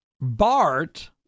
Bart